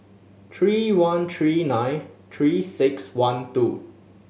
three one three nine Three Six One two